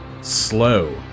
slow